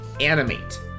animate